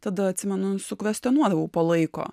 tada atsimenu su kvestionuodavau po laiko